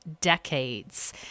decades